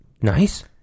Nice